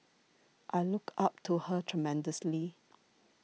I look up to her tremendously